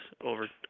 over